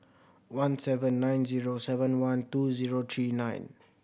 one seven nine zero seven one two zero three nine